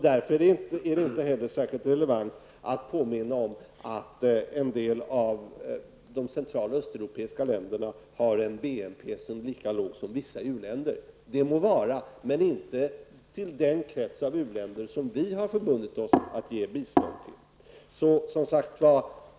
Därför är det inte heller särskilt relevant att påminna om att en del av de central och östeuropeiska länderna har lika låg BNP som vissa u-länder. Det må vara, men det är inte den krets av u-länder som vi har förbundit oss att ge bistånd till.